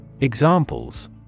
Examples